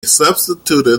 substituted